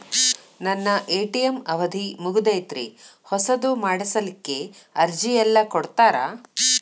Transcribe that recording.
ನನ್ನ ಎ.ಟಿ.ಎಂ ಅವಧಿ ಮುಗದೈತ್ರಿ ಹೊಸದು ಮಾಡಸಲಿಕ್ಕೆ ಅರ್ಜಿ ಎಲ್ಲ ಕೊಡತಾರ?